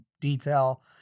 detail